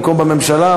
במקום בממשלה?